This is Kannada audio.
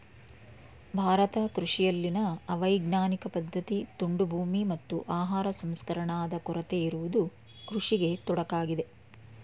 ಭಾರತ ಕೃಷಿಯಲ್ಲಿನ ಅವೈಜ್ಞಾನಿಕ ಪದ್ಧತಿ, ತುಂಡು ಭೂಮಿ, ಮತ್ತು ಆಹಾರ ಸಂಸ್ಕರಣಾದ ಕೊರತೆ ಇರುವುದು ಕೃಷಿಗೆ ತೊಡಕಾಗಿದೆ